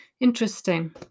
Interesting